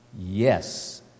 Yes